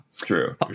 true